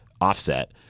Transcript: offset